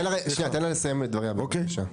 תן לה לסיים את דבריה, בבקשה.